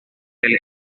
del